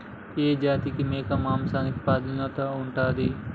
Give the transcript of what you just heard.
ఏ జాతి మేక మాంసానికి ప్రాధాన్యత ఉంటది?